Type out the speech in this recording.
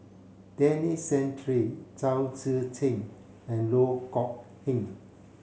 Denis Santry Chao Tzee Cheng and Loh Kok Heng